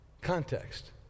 context